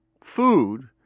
food